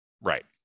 Right